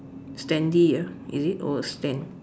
standee ah is it or a stand